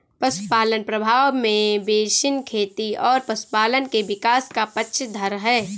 पशुपालन प्रभाव में बेसिन खेती और पशुपालन के विकास का पक्षधर है